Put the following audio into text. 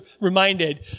reminded